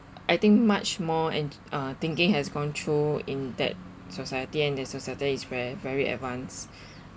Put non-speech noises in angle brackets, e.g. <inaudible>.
I think much more and ah thinking has gone through in that society and that society is very very advanced <breath>